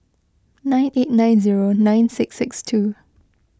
nine eight nine zero nine six six two